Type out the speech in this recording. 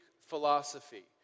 philosophy